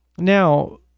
Now